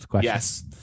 Yes